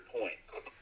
points